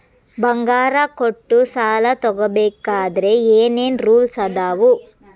ಬಂಗಾರ ಕೊಟ್ಟ ಸಾಲ ತಗೋಬೇಕಾದ್ರೆ ಏನ್ ಏನ್ ರೂಲ್ಸ್ ಅದಾವು?